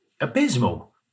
abysmal